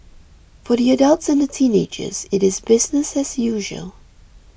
for the adults and the teenagers it is business as usual